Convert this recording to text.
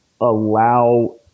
allow